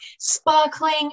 sparkling